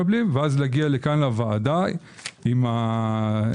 לא, ואז להגיע לוועדה לכאן עם ההחלטה,